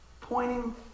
Pointing